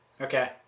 Okay